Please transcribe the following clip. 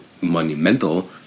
monumental